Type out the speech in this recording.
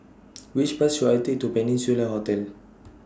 Which Bus should I Take to Peninsula Hotel